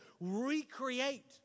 recreate